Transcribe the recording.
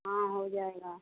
हाँ हो जाएगा